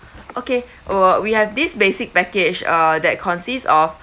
okay w~ we have this basic package uh that consists of